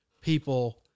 people –